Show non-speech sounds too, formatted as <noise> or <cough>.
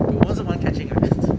有 one 是 one catching right <breath>